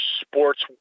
sports